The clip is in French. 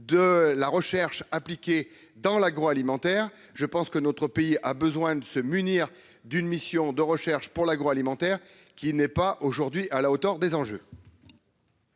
de la recherche appliquée dans l'agroalimentaire, je pense que notre pays a besoin de se munir d'une mission de recherche pour l'agroalimentaire, qui n'est pas aujourd'hui à la hauteur des enjeux.